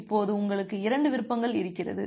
இப்போது உங்களுக்கு 2 விருப்பங்கள் இருக்கிறது